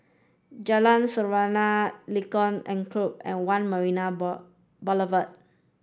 Jalan Serene Lengkok Enam and One Marina Boulevard